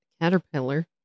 caterpillar